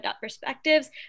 Perspectives